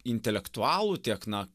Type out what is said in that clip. intelektualų tiek na